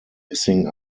missing